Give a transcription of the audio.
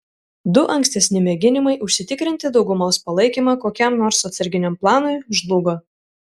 du ankstesni mėginimai užsitikrinti daugumos palaikymą kokiam nors atsarginiam planui žlugo